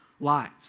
lives